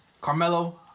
Carmelo